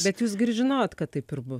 bet jūs gi ir žinojot kad taip ir bus